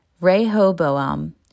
Rehoboam